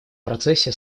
процессе